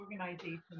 organizations